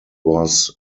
was